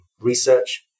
research